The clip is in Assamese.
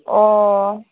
অ